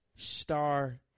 Star